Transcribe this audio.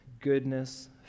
goodness